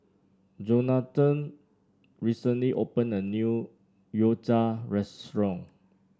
Johnathan recently opened a new Gyoza Restaurant